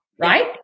right